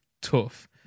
tough